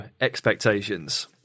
expectations